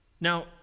Now